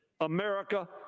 America